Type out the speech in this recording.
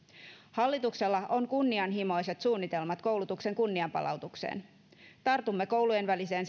hallituksella on kunnianhimoiset suunnitelmat koulutuksen kunnianpalautukseen tartumme koulujen väliseen